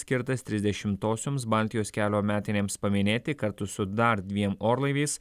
skirtas trisdešimtosioms baltijos kelio metinėms paminėti kartu su dar dviem orlaiviais